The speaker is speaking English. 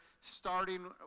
starting